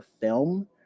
film